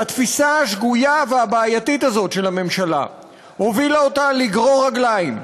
והתפיסה השגויה והבעייתית הזאת של הממשלה הובילה אותה לגרור רגליים,